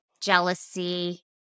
jealousy